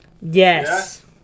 Yes